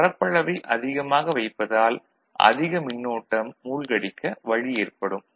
பரப்பளவை அதிகமாக வைப்பதால் அதிகமான மின்னோட்டம் மூழ்கடிக்க வழி ஏற்படும்